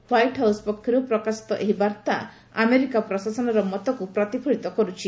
White House ପକ୍ଷର୍ତ ପ୍ରକାଶିତ ଏହି ବାର୍ତ୍ତା ଆମେରିକା ପ୍ରଶାସନର ମତକୃ ପ୍ରତିଫଳିତ କରୁଛି